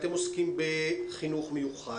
אתם עוסקים בחינוך מיוחד.